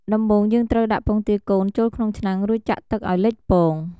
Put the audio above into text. ដំបូងយើងត្រូវ ដាក់ពងទាកូនចូលក្នុងឆ្នាំង រួចចាក់ទឹកឱ្យលិចពង។